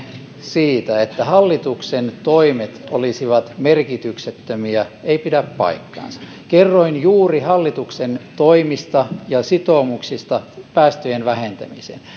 siitä että hallituksen toimet olisivat merkityksettömiä ei pidä paikkaansa kerroin juuri hallituksen toimista ja sitoumuksista päästöjen vähentämiseksi